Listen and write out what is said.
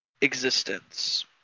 existence